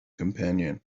companion